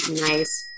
Nice